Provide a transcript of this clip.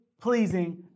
pleasing